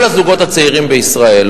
כל הזוגות הצעירים בישראל,